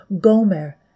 Gomer